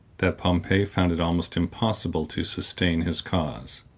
that pompey found it almost impossible to sustain his cause.